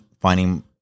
finding